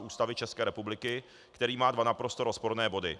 Ústavy České republiky, který má dva naprosto rozporné body.